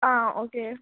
आं ऑके